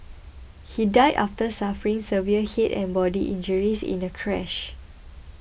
he died after suffering severe head and body injuries in a crash